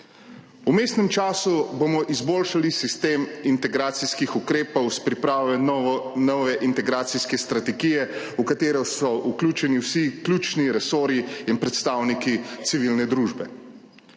V vmesnem času bomo izboljšali sistem integracijskih ukrepov s pripravo nove integracijske strategije, v katero so vključeni vsi ključni resorji in predstavniki civilne družbe.